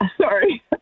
Sorry